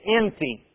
empty